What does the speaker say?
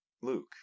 Luke